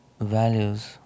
values